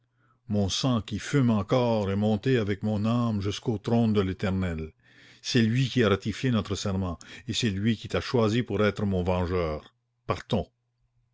mon sang qui fume encore est monté avec mon âme jusqu'au trône de l'éternel c'est lui qui a ratifié notre serment et c'est lui qui t'a choisi pour être mon vengeur partons